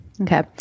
okay